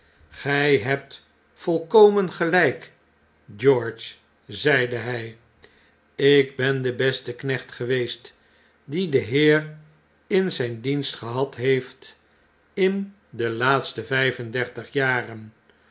gij hebt volkomen gelyk george zei hy jk ben de beste knecht geweest die de heer in zyn dienst gehad heeft in de laatste vijf en dertig jaren